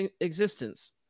existence